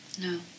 No